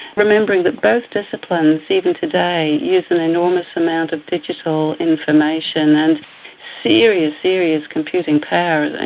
remembering that both disciplines, even today, use an enormous amount of digital information and serious, serious computing power,